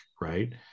Right